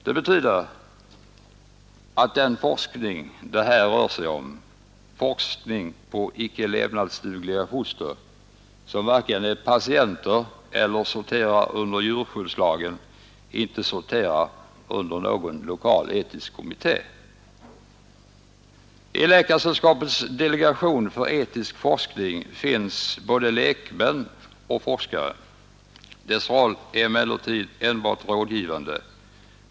Det betyder att den forskning det här rör sig om — forskning på icke levnadsdugliga foster, som varken är patienter eller faller under djurskyddslagen — inte sorterar under någon lokal etisk kommitté. I Läkaresällskapets delegation för etisk forskning finns både lekmän och forskare. Dess roll är emellertid enbart rådgivande.